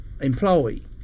employee